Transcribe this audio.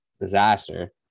disaster